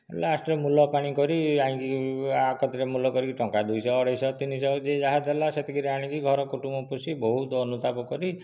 ଲାଷ୍ଟରେ ମୁଲପାଣି କରି ଯାଇକି ୟା କତିରେ ମୁଲ କରି ଟଙ୍କା ଦୁଇ ଶହ ଅଢେଇଶହ ତିନିଶହ ଯିଏ ଯାହା ଦେଲା ସେତିକିରେ ଆଣି ଘର କୁଟୁମ୍ବ ପୋଷି ବହୁତ ଅନୁତାପ କରି